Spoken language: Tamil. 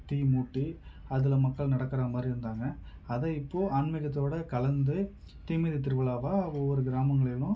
தீமூட்டி அதில் மக்கள் நடக்கிற மாதிரி இருந்தாங்க அதை இப்போது ஆன்மீகத்தோடு கலந்து தீமிதி திருவிழாவா ஒவ்வொரு கிராமங்களிலும்